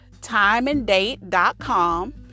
timeanddate.com